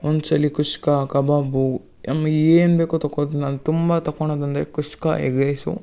ಒಂದು ಸಲ ಕುಷ್ಕ ಕಬಾಬು ನಮ್ಗ್ ಏನು ಬೇಕೋ ತಕೋತ ನಾನು ತುಂಬ ತಕೊಳದ್ ಅಂದರೆ ಕುಷ್ಕ ಎಗ್ ರೈಸು